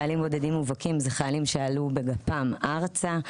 חיילים בודדים מובהקים זה חיילים שעלו בגפם ארצה,